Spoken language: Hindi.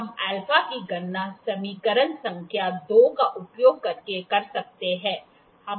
हम α की गणना समीकरण संख्या 2 का उपयोग करके कर सकते है